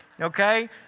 okay